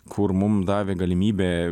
kur mum davė galimybę